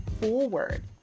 Forward